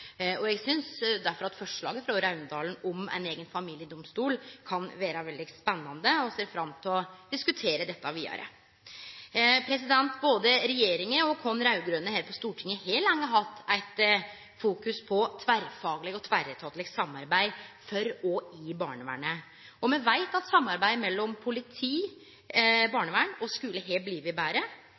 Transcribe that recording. Eg synest derfor at forslaget frå Raundalen om ein eigen familiedomstol kan vere veldig spennande, og eg ser fram til å diskutere dette vidare. Både regjeringa og vi raud-grøne her på Stortinget har lenge hatt eit fokus på tverrfagleg og tverretatleg samarbeid for og i barnevernet. Me veit at samarbeidet mellom politi, barnevern og skule har blitt betre,